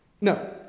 No